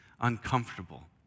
uncomfortable